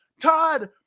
Todd